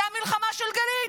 זו המלחמה של גלית.